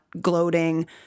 gloating